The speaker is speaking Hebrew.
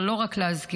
אבל לא רק להזכיר,